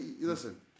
Listen